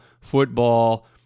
football